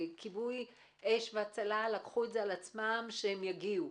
כיבוי אש והצלה לקחו את זה על עצמם שיגיעו,